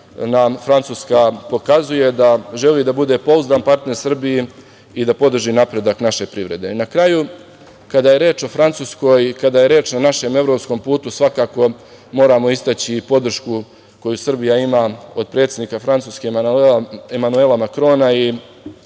nam Francuska pokazuje da želi da bude pouzdan partner Srbiji i da podrži napredak naše privrede. Na kraju, kada je reč o Francuskoj i kada je reč o našom evropskom putu, svakako moramo istaći podršku koju Srbija ima od predsednika Francuske Emanuela Makrona i